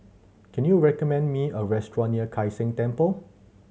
can you recommend me a restaurant near Kai San Temple